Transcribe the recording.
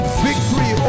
victory